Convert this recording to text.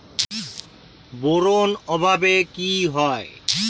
Boron অভাবে কি হয়?